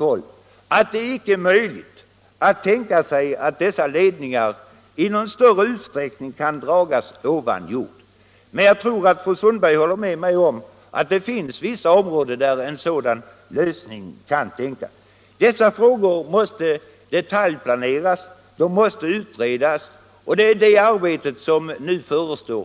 om att det inte är möjligt att tänka sig att dessa ledningar i någon större utsträckning kan dras ovan jord. Men jag tror att fru Sundberg håller med mig om att det finns vissa områden där en sådan lösning kan tänkas. Dessa frågor måste detaljplaneras och utredas, och det är det arbetet som nu förestår.